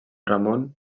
ramon